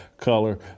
color